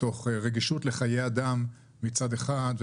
מתוך רגישות לחיי אדם מצד אחד,